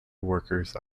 workers